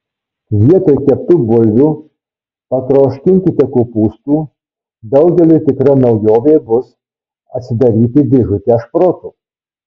vietoj keptų bulvių patroškinkite kopūstų daugeliui tikra naujovė bus atsidaryti dėžutę šprotų